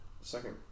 second